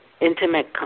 intimate